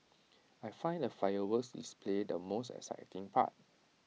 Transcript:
I find the fireworks display the most exciting part